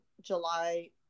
July